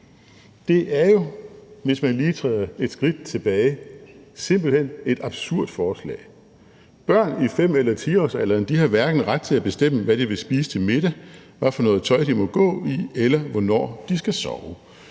Det er jo, hvis man lige træder et skridt tilbage, simpelt hen et absurd forslag. Børn i 5- eller 10-årsalderen har hverken ret til at bestemme, hvad de vil spise til middag, hvad for noget tøj de vil gå i, eller hvornår de skal sove.